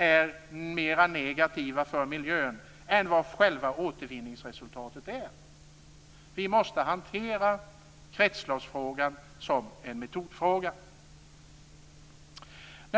är mer negativa för miljön än vad själva återvinningsresultatet är. Vi måste hantera kretsloppsfrågan som en metodfråga.